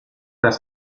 das